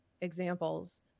examples